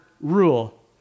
rule